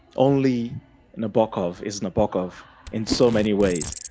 only nabokov is nabokov in so many ways.